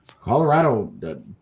Colorado